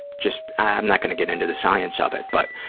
just, i'm not going to get into the science of it, but